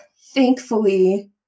thankfully